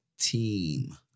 team